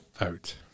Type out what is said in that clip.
out